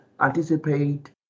anticipate